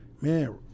Man